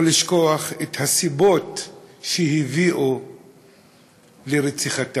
לא לשכוח את הסיבות שהביאו לרציחתם.